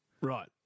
Right